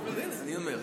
הינה, אני אומר.